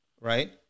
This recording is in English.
right